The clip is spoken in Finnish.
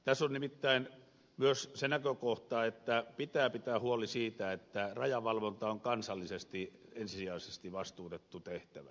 tässä on nimittäin myös se näkökohta että pitää pitää huoli siitä että rajavalvonta on kansallisesti ensisijaisesti vastuutettu tehtävä